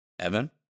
evan